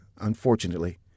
Unfortunately